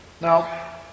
Now